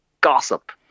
gossip